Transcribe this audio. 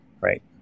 right